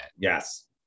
Yes